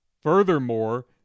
Furthermore